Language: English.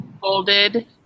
folded